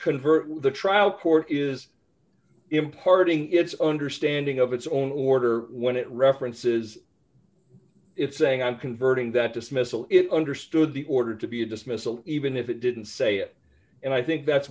convert the trial court is imparting its understanding of its own order when it references it's saying on converting that dismissal it understood the order to be a dismissal even if it didn't say it and i think that's